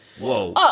whoa